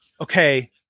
okay